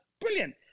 brilliant